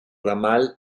ramal